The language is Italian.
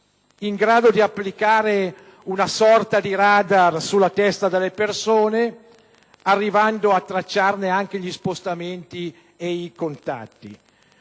in grado di applicare una sorta di radar sulla testa delle persone arrivando a tracciarne anche gli spostamenti e i contatti.